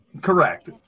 Correct